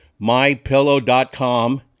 mypillow.com